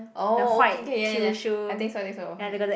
oh okay K K K ya ya ya I think so I think so